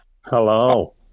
Hello